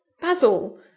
Basil